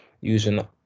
using